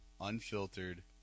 unfiltered